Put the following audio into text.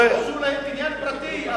קניין פרטי.